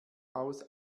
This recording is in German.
aus